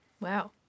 Wow